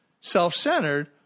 self-centered